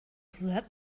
that